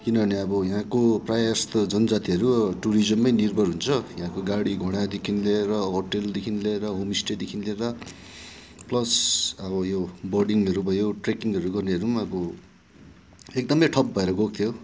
किनभने अब यहाँको प्रायः जस्तो जनजातिहरू टुरिजम्मै निर्भर हुन्छ यहाँको गाडी घोडादेखि लिएर होटेलदेखि लिएर होमस्टेदेखि लिएर प्लस अब यो बोर्डिङहरू भयो ट्र्याकिङहरू गर्नेहरू अब एकदम ठप्प भएर गएको थियो